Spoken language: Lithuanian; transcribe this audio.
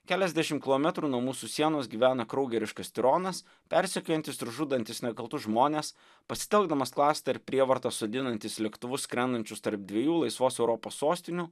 keliasdešimt kilometrų nuo mūsų sienos gyvena kraugeriškas tironas persekiojantis ir žudantys nekaltus žmones pasitelkdamas klastą ir prievartą sodinantis lėktuvus skrendančius tarp dviejų laisvos europos sostinių